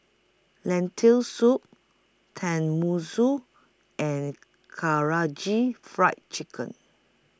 Lentil Soup Tenmusu and Karaage Fried Chicken